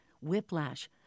whiplash